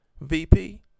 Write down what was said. VP